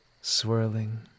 swirling